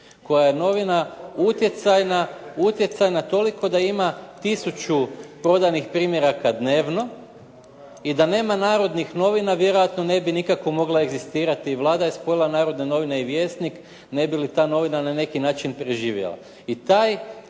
koja je novina utjecajna toliko da ima 1 000 prodanih primjeraka dnevno i da nema Narodnih novina vjerojatno ne bi nikako mogla egzistirati. Vlada je spojila Narodne novine i Vjesnik ne bi li ta novina na neki način preživjela.